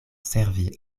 servi